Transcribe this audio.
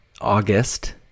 August